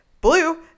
Blue